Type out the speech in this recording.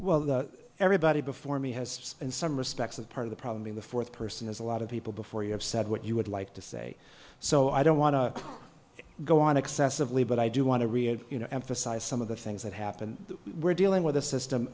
well everybody before me has in some respects that part of the problem in the fourth person is a lot of people before you have said what you would like to say so i don't want to go on excessively but i do want to emphasize some of the things that happened we're dealing with a system